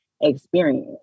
experience